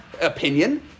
opinion